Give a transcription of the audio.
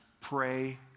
pray